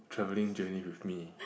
travelling journey with me